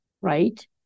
right